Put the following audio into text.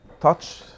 touch